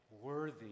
worthy